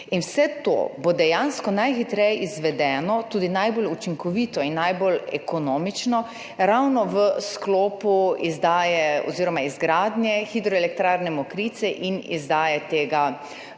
Vse to bo dejansko najhitreje izvedeno, tudi najbolj učinkovito in najbolj ekonomično, ravno v sklopu izdaje oziroma izgradnje hidroelektrarne Mokrice in izdaje tega